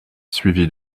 suivi